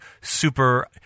super –